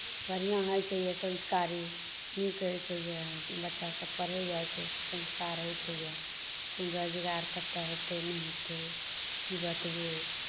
बढ़िआँ होइत छै यए संस्कारी नीक होइत छै यए बच्चासभ पढ़य जाइत छै तऽ संस्कार होइत छै यए कोन रोजगार कतय हेतै नहि हेतै ई बताबू